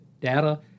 data